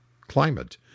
Climate